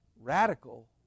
Radical